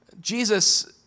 Jesus